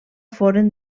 foren